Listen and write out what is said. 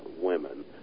women